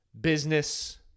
business